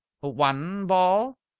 one ball?